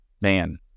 man